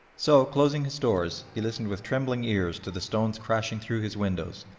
so, closing his doors, he listened with trembling ears to the stones crashing through his windows,